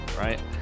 right